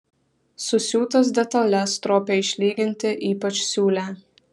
susiūtas detales stropiai išlyginti ypač siūlę